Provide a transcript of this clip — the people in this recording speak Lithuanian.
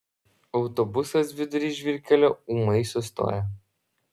autobusas vidury žvyrkelio ūmai sustoja